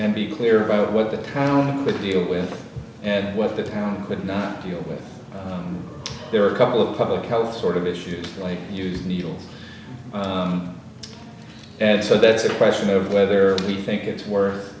and be clear about what the town with deal with and what the town could not deal with there are a couple of public health sort of issues like use needles and so that's a question of whether we think it's worth